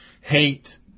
hate